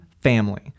family